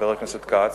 חבר הכנסת כץ,